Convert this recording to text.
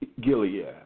Gilead